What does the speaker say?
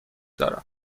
دارم